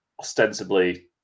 ostensibly